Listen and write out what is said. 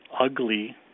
ugly